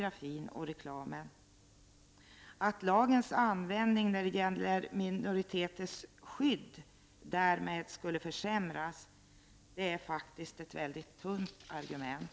Att lagens användning när det gäller minoriteters skydd därmed skulle försämras är faktiskt ett väldigt tunt argument.